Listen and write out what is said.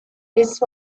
this